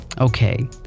Okay